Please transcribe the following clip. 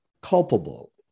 culpable